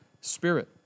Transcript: spirit